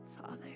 Father